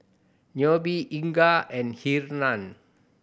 Nobie Inga and Hernan